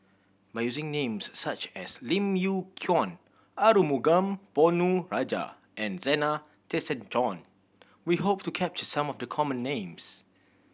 by using names such as Lim Yew Kuan Arumugam Ponnu Rajah and Zena Tessensohn we hope to capture some of the common names